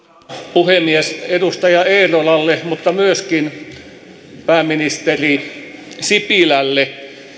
puhemies edustaja eerolalle mutta myöskin pääministeri sipilälle